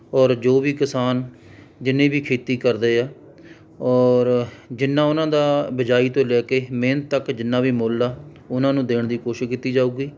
ਔਰ ਜੋ ਵੀ ਕਿਸਾਨ ਜਿੰਨੀ ਵੀ ਖੇਤੀ ਕਰਦੇ ਆ ਔਰ ਜਿੰਨਾ ਉਹਨਾਂ ਦਾ ਬਿਜਾਈ ਤੋਂ ਲੈ ਕੇ ਮਿਹਨਤ ਤੱਕ ਜਿੰਨਾ ਵੀ ਮੁੱਲ ਆ ਉਹਨਾਂ ਨੂੰ ਦੇਣ ਦੀ ਕੋਸ਼ਿਸ਼ ਕੀਤੀ ਜਾਵੇਗੀ